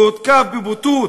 שהותקף בבוטות